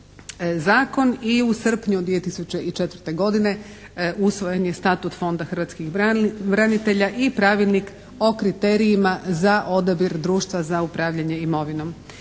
zakon i u srpnju 2004. godine usvojen je Statut Fonda hrvatskih branitelja i Pravilnik o kriterijima za odabir društva za upravljanje imovinom.